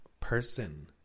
person